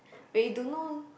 they don't know